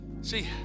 See